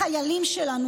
החיילים שלנו,